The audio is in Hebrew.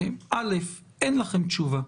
דבר אחד, אין לכם תשובה.